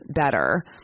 better